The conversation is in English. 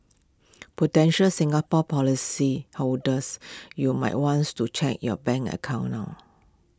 Prudential Singapore policyholders you might wants to check your bank account now